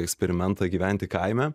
eksperimentą gyventi kaime